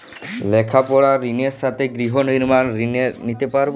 লেখাপড়ার ঋণের সাথে গৃহ নির্মাণের ঋণ নিতে পারব?